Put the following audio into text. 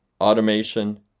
automation